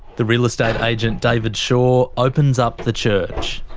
the real estate agent, david shaw, opens up the church.